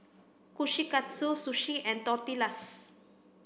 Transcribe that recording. Kushikatsu Sushi and Tortillas